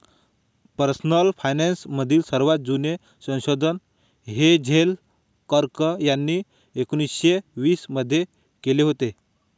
personal finance मधील सर्वात जुने संशोधन हेझेल कर्क यांनी एकोन्निस्से वीस मध्ये केले होते